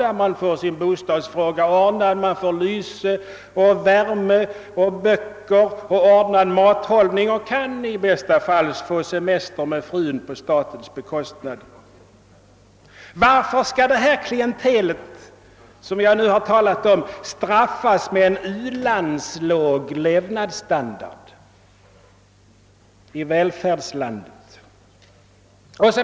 Därvid får man både bostad, ljus och värme, böcker, och ordnad mathållning och kan i bästa fall få semester med hustrun på statens bekostnad. Varför skall detta klientel — vars talan jag här fört — straffas med en u-landslåg levnadsstandard i välfärdslandet?